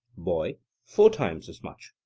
boy four times as much.